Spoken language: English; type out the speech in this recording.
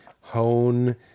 hone